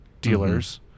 dealers